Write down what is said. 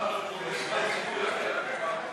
לסעיף 5 לא נתקבלה.